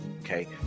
Okay